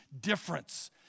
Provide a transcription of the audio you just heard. difference